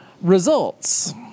Results